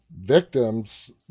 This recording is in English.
victims